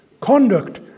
conduct